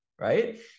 right